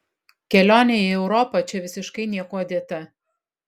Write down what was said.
kelionė į europą čia visiškai niekuo dėta